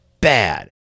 bad